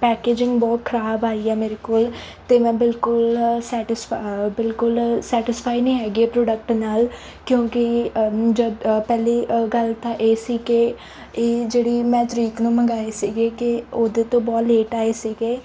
packaging ਬਹੁਤ ਖਰਾਬ ਆਈ ਹੈ ਮੇਰੇ ਕੋਲ ਅਤੇ ਮੈਂ ਬਿਲਕੁਲ ਸੈਟਿਸਫਾ ਬਿਲਕੁਲ ਸੈਟਿਸਫਾਈ ਨਹੀਂ ਹੈਗੀ ਪ੍ਰੋਡਕਟ ਨਾਲ ਕਿਉਂਕਿ ਜਦੋਂ ਪਹਿਲੀ ਗੱਲ ਤਾਂ ਇਹ ਸੀ ਕਿ ਇਹ ਜਿਹੜੀ ਮੈਂ ਤਰੀਕ ਨੂੰ ਮੰਗਾਏ ਸੀਗੇ ਕਿ ਉਹਦੇ ਤੋਂ ਬਹੁਤ ਲੇਟ ਆਏ ਸੀਗੇ